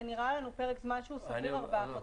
זה נראה לנו פרק זמן סביר ארבעה חודשים.